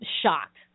shocked